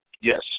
Yes